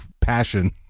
passion